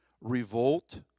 revolt